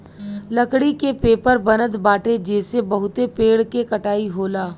लकड़ी के पेपर बनत बाटे जेसे बहुते पेड़ के कटाई होला